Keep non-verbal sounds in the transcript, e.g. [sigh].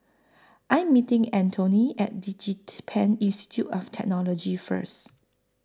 I Am meeting Antone At [unintelligible] Institute of Technology First